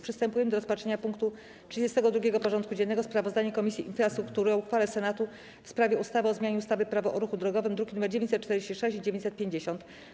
Przystępujemy do rozpatrzenia punktu 32. porządku dziennego: Sprawozdanie Komisji Infrastruktury o uchwale Senatu w sprawie ustawy o zmianie ustawy - Prawo o ruchu drogowym (druki nr 946 i 950)